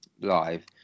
live